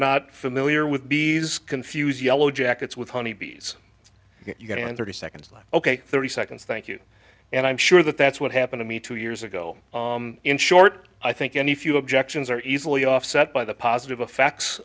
not familiar with bees confuse yellowjackets with honey bees you can and thirty seconds ok thirty seconds thank you and i'm sure that that's what happened to me two years ago in short i think any few objections are easily offset by the positive effects